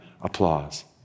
applause